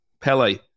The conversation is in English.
Pele